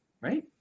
right